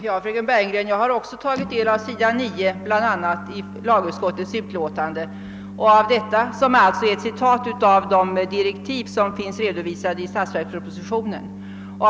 Jag vill säga till fröken Bergegren att jag också har tagit del av det uttalande av justitieministern i statsverkspropositionen som återges på s. 9 i första lagutskottets utlåtande.